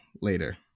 later